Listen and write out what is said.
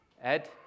Ed